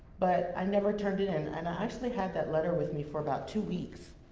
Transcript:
but i never turned it in and i actually had that letter with me for about two weeks.